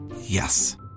Yes